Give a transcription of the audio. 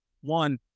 One